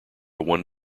one